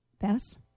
Bess